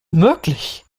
möglich